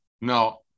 No